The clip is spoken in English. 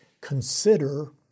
Consider